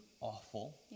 awful